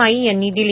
मायी यांनी दिली